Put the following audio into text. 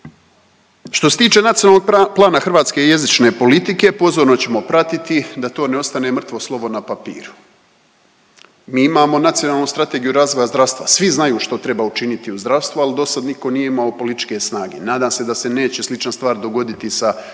Što se tiče Nacionalnog plana hrvatske jezičke politike, pozorno ćemo pratiti da to ne ostane mrtvo slovo na papiru. Mi imamo Nacionalnu strategiju razvoja zdravstva, svi znaju što treba učiniti u zdravstvo ali do sada nitko nije imao političke snage, nadam se da se neće slična stvar dogoditi sa javnom